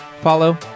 follow